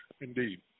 indeed